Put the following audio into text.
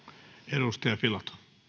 arvoisa puhemies on helppo